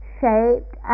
shaped